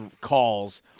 calls—